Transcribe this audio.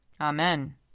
Amen